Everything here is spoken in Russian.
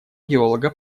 геолога